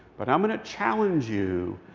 but i'm going to challenge you,